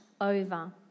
over